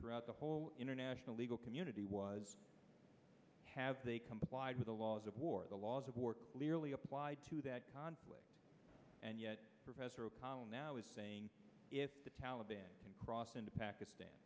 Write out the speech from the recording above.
throughout the whole international legal community was have they complied with the laws of war the laws of war clearly applied to that conflict and yet professor apollo now is saying if the taliban can cross into